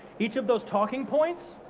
each of those talking points,